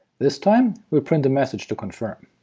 this time, we'll print the message to confirm.